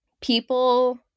people